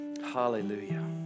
Hallelujah